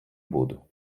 буду